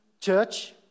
church